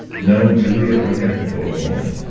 no, juliet would have to go alone.